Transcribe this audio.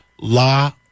La